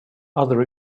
other